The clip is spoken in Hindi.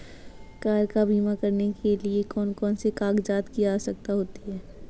कार का बीमा करने के लिए कौन कौन से कागजात की आवश्यकता होती है?